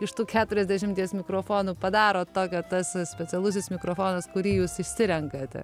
iš tų keturiasdešimties mikrofonų padaro tokio tas specialusis mikrofonas kurį jūs išsirenkate